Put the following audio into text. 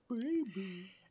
Baby